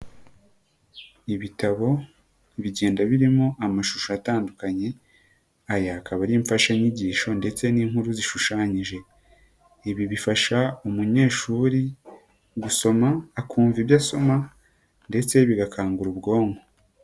Ibitabo bigenda birimo amashusho atandukanye, aya akaba ari imfashanyigisho ndetse n'inkuru zishushanyije. Ibi bifasha umunyeshuri gusoma akumva ibyo asoma ndetse bigakangura ubwonko.